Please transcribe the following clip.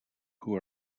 who